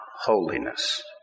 holiness